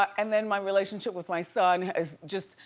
and then my relationship with my son has just,